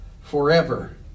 forever